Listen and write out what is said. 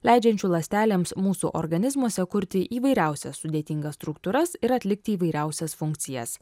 leidžiančiu ląstelėms mūsų organizmuose kurti įvairiausias sudėtingas struktūras ir atlikti įvairiausias funkcijas